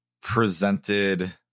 presented